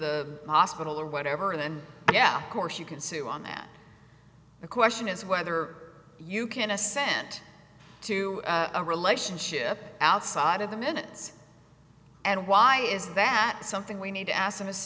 the hospital or whatever then yeah of course you can see on that the question is whether you can assent to a relationship outside of the minutes and why is that something we need to a